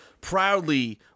proudly